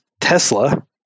Tesla